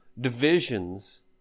divisions